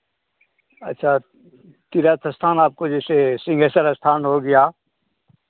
अच्छा तीर्थ स्थान आपको जैसे सिंहेश्वर स्थान हो गया